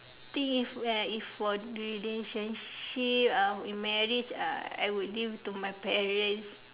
think if uh if for relationship I will marry uh I would give to my parents